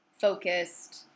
focused